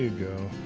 you go.